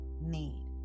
need